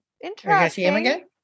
Interesting